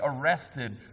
arrested